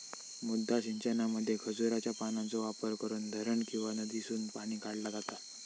मुद्दा सिंचनामध्ये खजुराच्या पानांचो वापर करून धरण किंवा नदीसून पाणी काढला जाता